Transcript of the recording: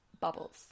bubbles